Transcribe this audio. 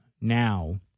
now